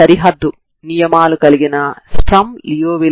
నిర్ణయించిన ప్రతి పాయింట్ ను మీరు ఈ డొమైన్ లో తీసుకుంటారు సరేనా